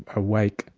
awake,